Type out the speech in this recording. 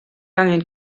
angen